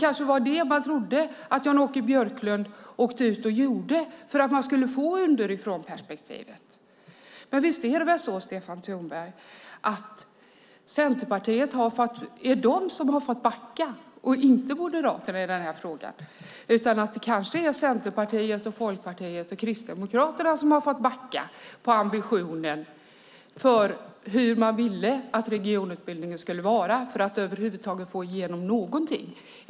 Man trodde kanske att Jan-Åke Björklund åkte ut för att få underifrånperspektivet. Men visst är det så, Stefan Tornberg, att det är Centerpartiet som har fått backa i den här frågan och inte Moderaterna? Det kanske är Centerpartiet, Folkpartiet och Kristdemokraterna som har fått backa på ambitionen när det gäller hur man ville att regionbildningen skulle vara för att över huvud taget få igenom någonting.